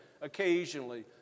occasionally